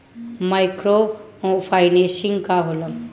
Micro financing का होला?